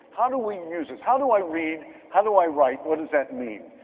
how do we use this? how do i read? how do i write? what does that mean?